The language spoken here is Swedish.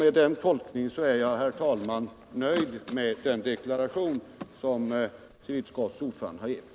Med den tolkningen är jag, herr talman, nöjd med den deklaration som civilutskottets ordförande har avgivit.